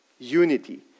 unity